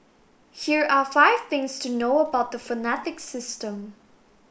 here are five things to know about the phonetic system